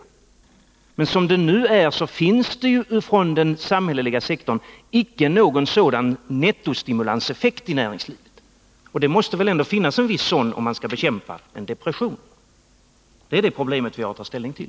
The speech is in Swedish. Men som det nu är finns det icke från den samhälleliga sektorn någon sådan nettostimulanseffekt i näringslivet. Det måste väl finnas en viss sådan om man skall kunna bekämpa en depression. Det är det problemet vi har att ta ställning till.